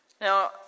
Now